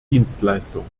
dienstleistung